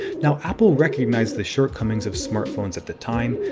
now apple recognized the shortcomings of smartphones at the time,